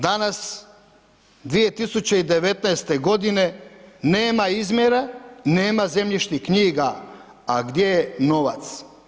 Danas 2019. godine nema izmjera, nema zemljišnih knjiga, a gdje je novac?